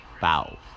Bow